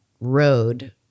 road